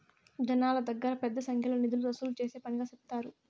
జనాల దగ్గర పెద్ద సంఖ్యలో నిధులు వసూలు చేసే పనిగా సెప్తారు